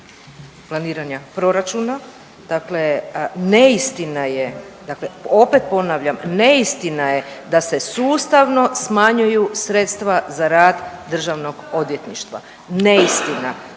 planiranja proračuna. Dakle, neistina je, dakle opet ponavljam neistina je da se sustavno smanjuju sredstva za rad Državnog odvjetništva, neistina.